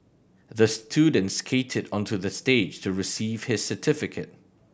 the student skated onto the stage to receive his certificate